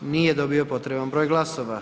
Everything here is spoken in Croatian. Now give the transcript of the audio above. Nije dobio potreban broj glasova.